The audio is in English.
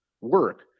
work